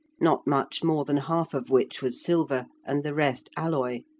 not much more than half of which was silver and the rest alloy.